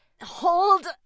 Hold